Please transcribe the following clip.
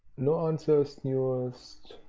new answers newest.